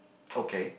okay